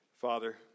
Father